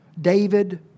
David